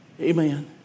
Amen